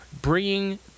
bringing